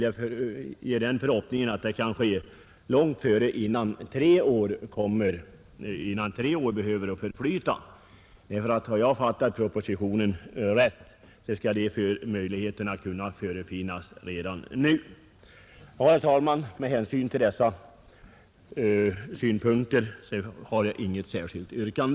Jag hoppas att det kan ske långt tidigare än om tre år, ty om jag uppfattat propositionen rätt skall möjligheter härtill förefinnas redan nu. Herr talman! Med hänsyn till dessa synpunkter har jag inget särskilt yrkande.